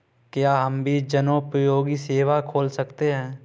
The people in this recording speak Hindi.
क्या हम भी जनोपयोगी सेवा खोल सकते हैं?